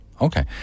Okay